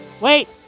wait